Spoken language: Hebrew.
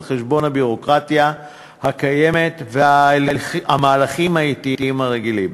חשבון הביורוקרטיה הקיימת וההליכים האטיים הרגילים.